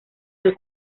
del